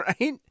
Right